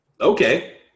Okay